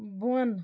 بۄن